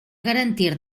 garantir